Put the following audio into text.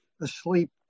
asleep